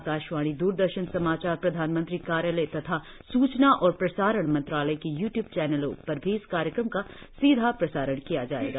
आकाशवाणी द्रदर्शन समाचार प्रधानमंत्री कार्यालय तथा सूचना और प्रसारण मंत्रालय के यूट्यूब चैनलों पर भी इस कार्यक्रम का सीधा प्रसारण किया जाएगा